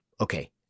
okay